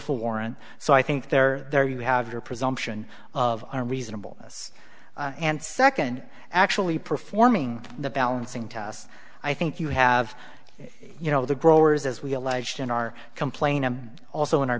warrant so i think they're there you have your presumption of a reasonable and second actually performing the balancing test i think you have you know the growers as we alleged in our complain and also in our